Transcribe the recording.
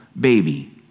baby